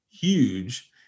huge